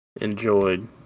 enjoyed